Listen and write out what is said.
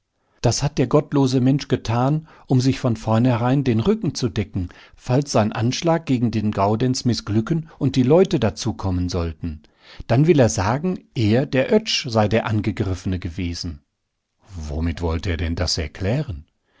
das hat der gottlose mensch getan um sich von vornherein den rücken zu decken falls sein anschlag gegen den gaudenz mißglücken und leute dazu kommen sollten dann will er sagen er der oetsch sei der angegriffene gewesen womit wollte er denn das erklären